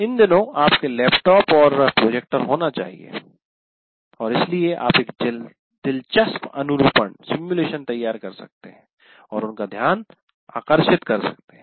इन दिनों आपके लैपटॉप और प्रोजेक्टर होना चाहिए और इसलिए आप एक दिलचस्प अनुरूपण सिमुलेशन तैयार कर सकते हैं और उनका ध्यान आकर्षित कर सकते हैं